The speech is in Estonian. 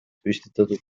püstitatud